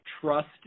trust